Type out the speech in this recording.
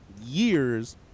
years